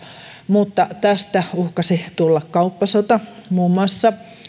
mutta tästä uhkasi tulla kauppasota muun muassa